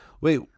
Wait